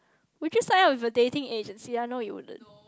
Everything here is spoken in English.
would you sign up with a dating agency I know you wouldn't